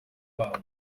babo